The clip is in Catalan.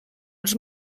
ens